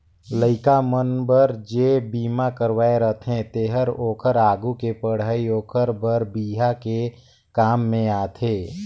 लइका मन बर जे बिमा करवाये रथें तेहर ओखर आघु के पढ़ई ओखर बर बिहा के काम में आथे